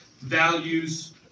values